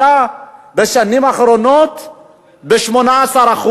עלה בשנים האחרונות ב-18%.